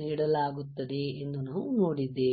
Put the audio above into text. ನೀಡಲಾಗುತ್ತದೆ ಎಂದು ನಾವು ನೋಡಿದ್ದೇವೆ